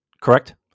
correct